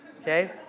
Okay